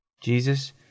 jesus